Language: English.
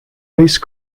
race